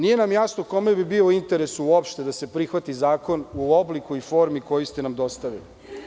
Nije nam jasno kome bi bilo u interesu uopšte da se prihvati zakon u obliku i formi koju ste nam dostavili.